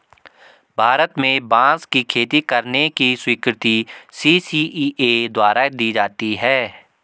भारत में बांस की खेती करने की स्वीकृति सी.सी.इ.ए द्वारा दी जाती है